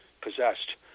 possessed